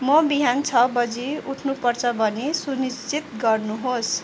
म बिहान छ बजी उठ्नुपर्छ भनी सुनिश्चित गर्नुहोस्